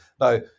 now